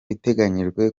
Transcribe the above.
iteganyijwe